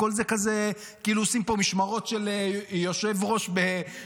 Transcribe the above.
הכול זה כאילו עושים פה משמרות של יושב-ראש בפיליבסטר.